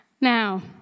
Now